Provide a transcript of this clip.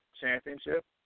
championship